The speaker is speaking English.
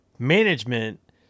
Management